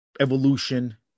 evolution